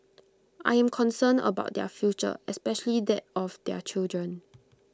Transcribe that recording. I am concerned about their future especially that of their children